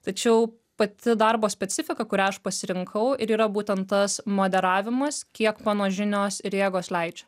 tačiau pati darbo specifika kurią aš pasirinkau ir yra būtent tas moderavimas kiek mano žinios ir jėgos leidžia